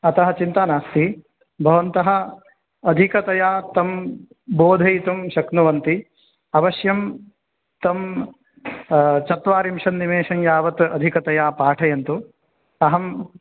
अतः चिन्ता नास्ति भवन्तः अधिकतया तं बोधयितुं शक्नुवन्ति अवश्यं तं चत्वारिंशत् निमेषं यावत् अधिकतया पाठयन्तु अहम्